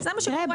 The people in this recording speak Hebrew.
זה מה שקורה.